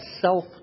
self